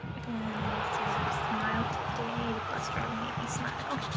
and i also have smile today, the bus driver made me smile